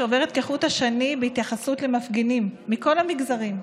שעוברת כחוט השני בהתייחסות למפגינים מכל המגזרים,